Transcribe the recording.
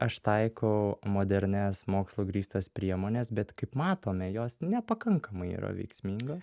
aš taikau modernias mokslu grįstas priemones bet kaip matome jos nepakankamai yra veiksmingos